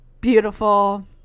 beautiful